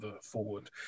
forward